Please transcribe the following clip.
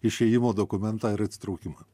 išėjimo dokumentą ir atsitraukimą